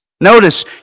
Notice